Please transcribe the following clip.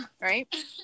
right